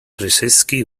preseski